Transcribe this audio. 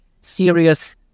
serious